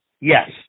Yes